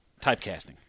typecasting